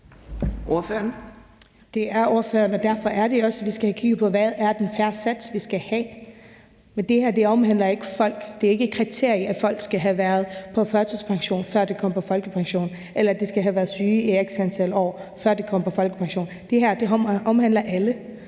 Det anerkender ordføreren, og det er også derfor, vi skal have kigget på, hvad den fair sats er. Men det her handler ikke om, at det er et kriterie, at folk skal have været på førtidspension, før de kom på folkepension, eller at de skal have været syge i x antal år, før de kom på folkepension. Det her omhandler alle,